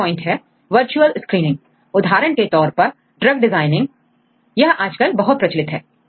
चौथा पॉइंट है virtual screening उदाहरण के तौर पर ड्रग डिजाइनिंग यह आजकल बहुत प्रचलित है